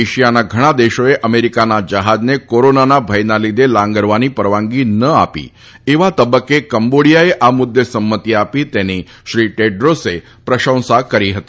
એશિયાના ઘણા દેશોએ અમેરિકાના જહાજને કોરોનાના ભયા લીધે લાંગરવાની પરવાનગી ન આપી એવા તબક્કે કમ્બોડીયાએ આ મુદ્દે સંમત્તિ આપી તેની શ્રી ટ્રેડોસે પ્રશંસા કરી હતી